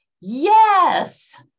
Yes